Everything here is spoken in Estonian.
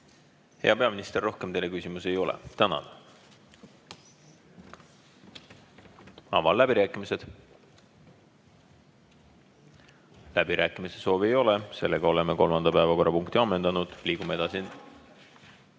Hea peaminister, rohkem teile küsimusi ei ole. Tänan! Avan läbirääkimised. Läbirääkimiste soovi ei ole. Oleme kolmanda päevakorrapunkti ammendanud. Liigume edasi